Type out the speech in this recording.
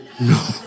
No